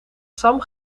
sam